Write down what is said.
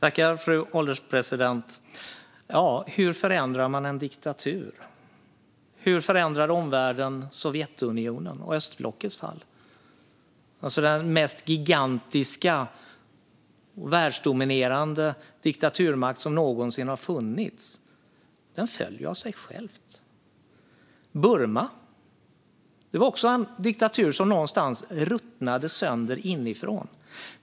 Fru ålderspresident! Hur förändrar man en diktatur? Hur förändrade omvärlden Sovjetunionens och östblockets fall? Den mest gigantiska och världsdominerande diktaturmakt som någonsin har funnits föll av sig själv. Burma var också en diktatur som någonstans ruttnade sönder inifrån.